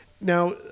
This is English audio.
now